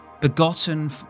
begotten